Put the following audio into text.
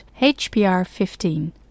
HBR15